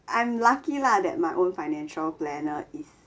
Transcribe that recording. I'm lucky lah that my own financial planner is